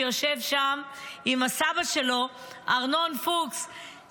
שיושב שם עם הסבא שלו ארנון פוקס,